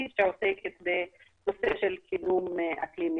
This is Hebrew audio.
שעוסקת בנושא של קידום אקלים מיטבי.